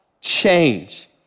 change